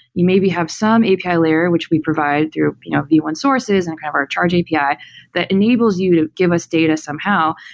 you maybe have some api layer, which we provide through you know v one sources and kind of our charge api yeah that enables you to give us data somehow.